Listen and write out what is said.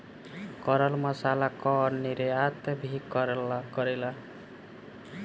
केरल मसाला कअ निर्यात भी करेला